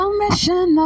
mission